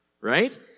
right